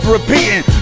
repeating